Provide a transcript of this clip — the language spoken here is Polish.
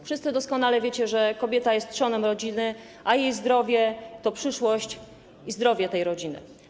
Wszyscy doskonale wiecie, że kobieta jest trzonem rodziny, a jej zdrowie to przyszłość i zdrowie tej rodziny.